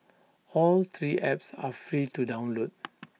all three apps are free to download